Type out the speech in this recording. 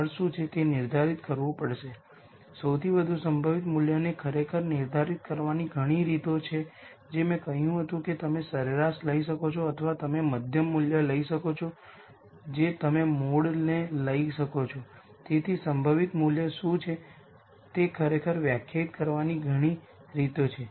ચાલો માની લઈએ કે મારી પાસે સિમેટ્રિક મેટ્રિક્સ A છે અને સિમેટ્રિક મેટ્રિક્સ A આપણે જાણીએ છીએ કે n રીયલ આઇગન વૅલ્યુઝ હશે